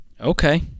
Okay